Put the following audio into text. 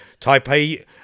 Taipei